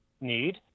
need